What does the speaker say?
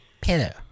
Pillow